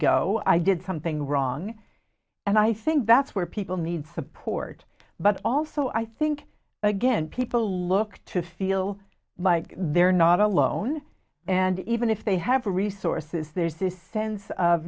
go i did something wrong and i think that's where people need support but also i think again people look to feel like they're not alone and even if they have the resources there's this sense of